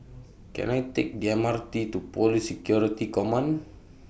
Can I Take The M R T to Police Security Command